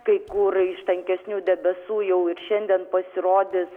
kai kur iš tankesnių debesų jau ir šiandien pasirodys